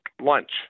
lunch